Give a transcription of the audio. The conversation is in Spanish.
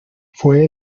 fue